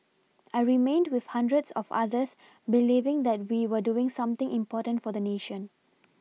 I remained with hundreds of others believing that we were doing something important for the nation